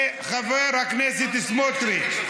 אתה רוצה שראש הממשלה, לחודש?